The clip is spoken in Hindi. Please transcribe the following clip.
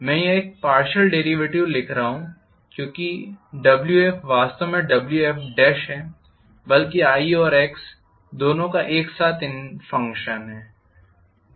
मैं एक पार्शियल डेरीवेटिव लिख रहा हूँ क्योंकि WfWf वास्तव में है बल्कि i और x दोनों का एक साथ फ़ंक्शन है